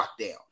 lockdown